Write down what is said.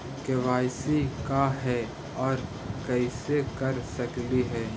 KYC का है, और कैसे कर सकली हे?